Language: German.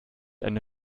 eine